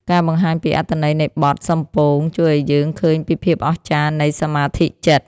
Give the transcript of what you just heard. ការបង្ហាញពីអត្ថន័យនៃបទ សំពោង ជួយឱ្យយើងឃើញពីភាពអស្ចារ្យនៃសមាធិចិត្ត។